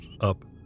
up